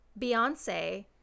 Beyonce